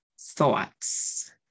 thoughts